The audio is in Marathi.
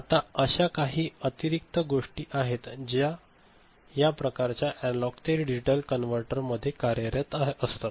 आता अशा काही अतिरिक्त गोष्टी आहेत ज्या या प्रकारच्या अॅनालॉग ते डिजिटल कनव्हर्टर मध्ये कार्यरत असतात